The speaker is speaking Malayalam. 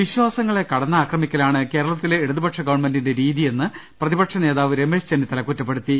വിശ്വാസങ്ങളെ കടന്നാക്രമിക്കലാണ് കേരളത്തിലെ ഇടതുപക്ഷ ഗവൺമെന്റിന്റെ രീതിയെന്ന് പ്രതിപക്ഷ നേതാവ് രമേശ് ചെന്നിത്തല പറഞ്ഞു